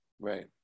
Right